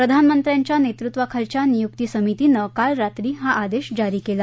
प्रधानमंत्र्यांच्या नेतृत्वाखालच्या नियुक्ती समितीनं काल रात्री हा आदेश जारी केला